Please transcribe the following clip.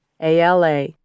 ALA